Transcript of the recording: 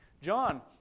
John